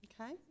Okay